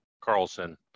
carlson